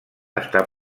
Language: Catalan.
està